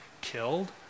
killed